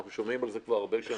אנחנו שומעים על זה כבר שנים רבות.